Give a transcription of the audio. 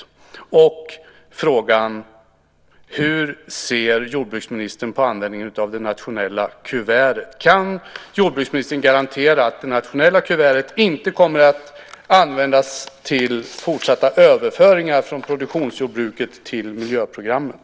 Vidare gäller det frågan om hur jordbruksministern ser på användningen av det nationella kuvertet. Kan jordbruksministern garantera att det nationella kuvertet inte kommer att användas till fortsatta överföringar från produktionsjordbruket till miljöprogrammet?